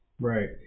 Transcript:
Right